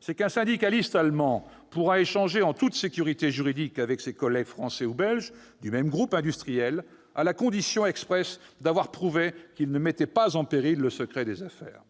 certain qu'un syndicaliste allemand pourra échanger en toute sécurité juridique avec ses collègues français ou belges du même groupe industriel à la condition expresse d'avoir prouvé qu'il ne mettait pas en péril le secret des affaires.